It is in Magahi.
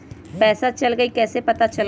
पैसा चल गयी कैसे पता चलत?